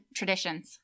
traditions